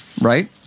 right